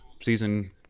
season